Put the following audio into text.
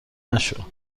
نشو